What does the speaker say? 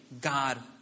God